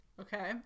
Okay